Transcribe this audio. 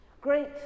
Great